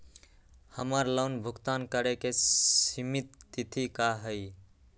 हमर लोन भुगतान करे के सिमित तिथि का हई?